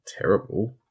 terrible